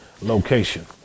location